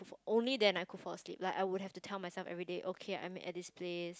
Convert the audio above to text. only then I could fall asleep like I would have to tell myself everyday okay I'm at this place